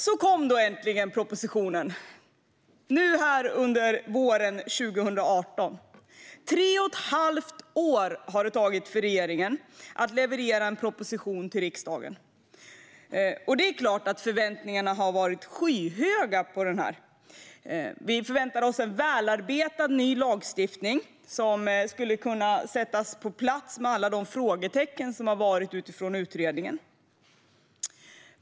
Så kom då äntligen propositionen nu under våren 2018. Tre och ett halvt år har det tagit för regeringen att leverera en proposition till riksdagen. Det är klart att förväntningarna har varit skyhöga på propositionen. Vi har förväntat oss ett välarbetat nytt lagstiftningsförslag som skulle kunna komma på plats efter alla de frågetecken som uppstod i och med utredningen.